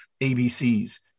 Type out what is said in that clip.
ABCs